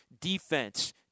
defense